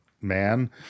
man